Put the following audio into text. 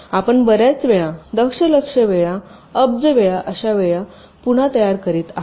आपण बर्याच वेळा दशलक्ष वेळा अब्ज वेळा अशा वेळा पुन्हा तयार करत आहात